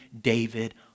David